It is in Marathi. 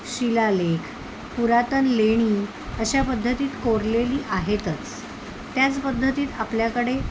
शिलालेख पुरातन लेणी अशा पद्धतीत कोरलेली आहेतच त्याच पद्धतीत आपल्याकडे